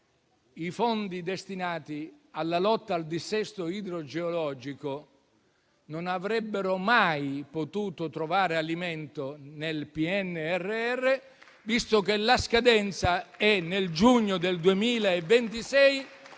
i fondi destinati alla lotta al dissesto idrogeologico non avrebbero mai potuto trovare alimento nel PNRR, visto che la scadenza è a giugno 2026